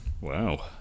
Wow